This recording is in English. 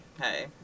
hey